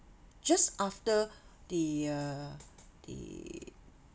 just after the uh the